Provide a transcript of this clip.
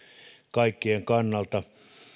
kaikkien kannalta